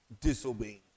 disobeying